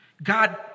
God